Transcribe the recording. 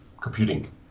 computing